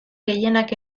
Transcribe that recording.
gehienak